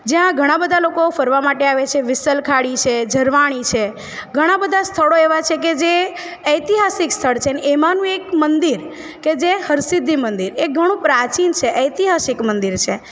જ્યાં ઘણાં બધાં લોકો ફરવાં માટે આવે છે વિશાળ ખાડી છે ઝરવાણી છે ઘણાં બધાં સ્થળો એવાં છે કે જે ઐતિહાસિક સ્થળ છે અને એમાનું એક મંદિર કે જે હરસિદ્ધિ મંદિર એ ઘણું પ્રાચીન છે ઐતિહાસિક મંદિર છે